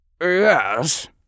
Yes